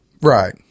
Right